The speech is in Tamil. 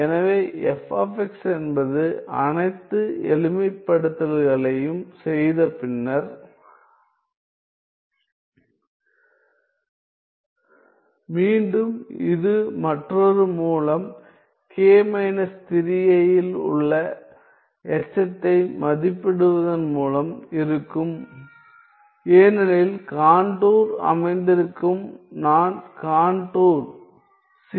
எனவே f என்பது அனைத்து எளிமைப்படுத்தல்களையும் செய்தபின்னர் மீண்டும் இது மற்றொரு மூலம் K 3i இல் உள்ள எச்சத்தை மதிப்பிடுவதன் மூலம் இருக்கும் ஏனெனில் கான்டூர் அமைந்திருக்கும் நான் கான்டூர் சி